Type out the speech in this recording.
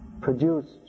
produced